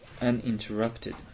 uninterrupted